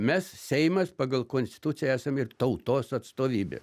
mes seimas pagal konstituciją esam ir tautos atstovybė